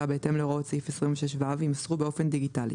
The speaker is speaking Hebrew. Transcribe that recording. בהתאם להוראות סעיף 26ו יימסרו באופן דיגיטלי.